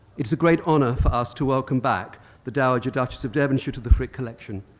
it's a great honor for us to welcome back the dowager duchess of devonshire to the frick collection.